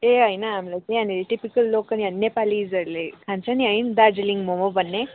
ए होइन हामीलाई चाहिँ यहाँनिर टिपिकल लोकल यहाँ नेपालीजहरूले खान्छ नि है दार्जिलिङ मोमो भन्ने